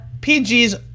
PG's